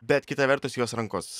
bet kita vertus jos rankos